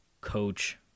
coach